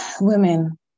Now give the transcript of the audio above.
women